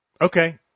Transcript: Okay